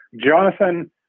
Jonathan